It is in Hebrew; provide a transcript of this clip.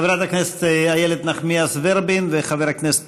חברת הכנסת איילת נחמיאס ורבין וחבר הכנסת